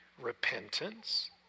repentance